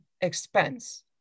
expense